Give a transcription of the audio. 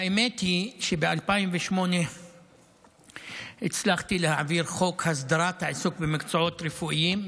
האמת היא שב-2008 הצלחתי להעביר את חוק הסדרת העיסוק במקצועות רפואיים.